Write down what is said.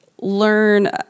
learn